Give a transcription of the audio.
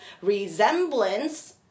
resemblance